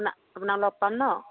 আপোনাক আপোনাক লগ পাম ন